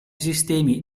sistemi